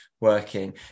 working